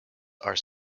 are